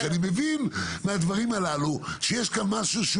שאני מבין מהדברים הללו שיש כאן משהו.